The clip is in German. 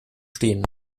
stehen